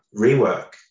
rework